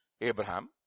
Abraham